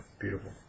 Beautiful